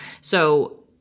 So-